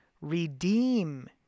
redeem